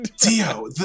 Dio